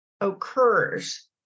occurs